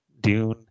Dune